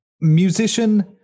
Musician